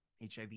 HIV